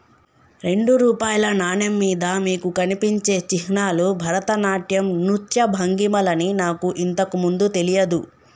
రెండు రూపాయల నాణెం మీద మీకు కనిపించే చిహ్నాలు భరతనాట్యం నృత్య భంగిమలని నాకు ఇంతకు ముందు తెలియదు